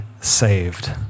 saved